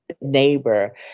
neighbor